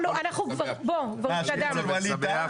כבר התקדמנו.